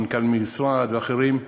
מנכ"ל המשרד ואחרים,